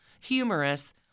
humorous